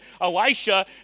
Elisha